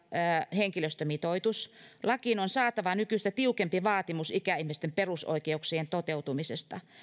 henkilöstömitoitus lakiin on saatava nykyistä tiukempi vaatimus ikäihmisten perusoikeuksien toteutumisesta